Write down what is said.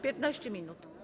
15 minut.